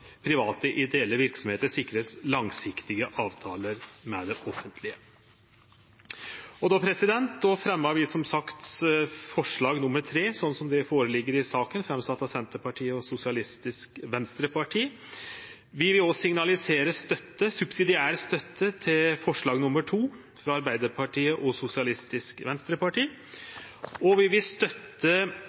private, ideelle verksemder vert sikra langsiktige avtaler med det offentlege. Då fremjar vi forslag nr. 3 slik det ligg føre i saka, sett fram av Senterpartiet og SV. Vi vil også signalisere subsidiær støtte til forslag nr. 2, frå Arbeidarpartiet og SV, og vi vil støtte